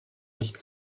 nicht